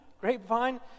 grapevine